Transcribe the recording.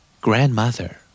Grandmother